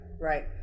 right